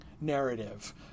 narrative